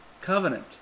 covenant